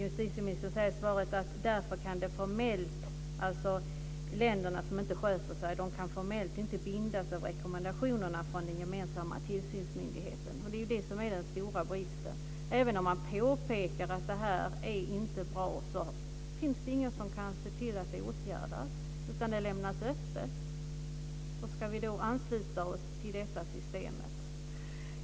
Justitieministern säger i svaret att de länder som inte sköter sig kan formellt inte bindas av rekommendationerna från den gemensamma tillsynsmyndigheten. Det är den stora bristen. Även om det sker ett påpekande om att något inte är bra, finns det ingen som kan se till att bristen åtgärdas. Det lämnas öppet. Ska vi då ansluta oss till det systemet?